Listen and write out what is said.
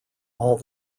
all